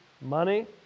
money